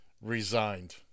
resigned